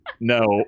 No